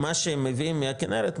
מה שהם מביאים מהכנרת,